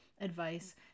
advice